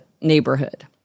neighborhood